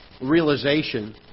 realization